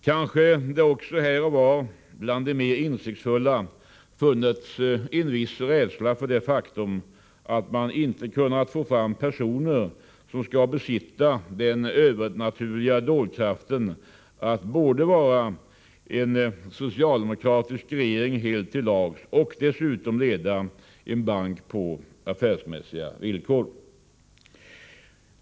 Kanske det också här och var bland de mer insiktsfulla funnits en viss rädsla för det 157 faktum att man inte kunnat få fram personer som skall besitta den övernaturliga dådkraften att både vara en socialdemokratisk regering helt till lags och dessutom leda en bank på affärsmässiga villkor.